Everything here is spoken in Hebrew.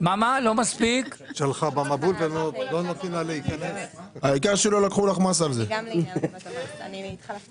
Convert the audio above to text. לא יכולים לקיים